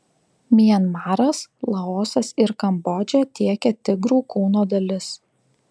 mianmaras laosas ir kambodža tiekia tigrų kūno dalis